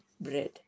bread